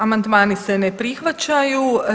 Amandmani se ne prihvaćaju.